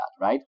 right